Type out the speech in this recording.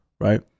right